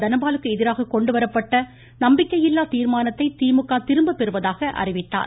தனபாலுக்கு எதிராக கொண்டுவரப்பட்ட நம்பிக்கையில்லா தீர்மானத்தை திமுக திரும்பப்பெறுவதாக அறிவித்தார்